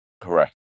correct